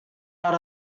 out